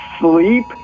sleep